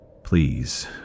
Please